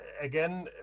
again